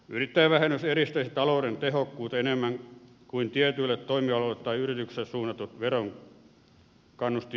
yrittäjävähennys edistäisi talouden tehokkuutta enemmän kuin tietyille toimialoille tai yrityksille suunnatut verokannustinohjelmat